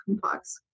complex